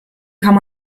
kann